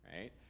right